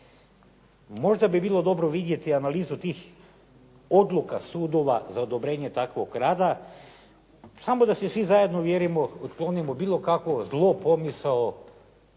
Možda bi bilo dobro vidjeti analizu tih odluka sudova za odobrenje takvog rada samo da se svi zajedno uvjerimo, otklonimo bilo kakvu zlu pomisao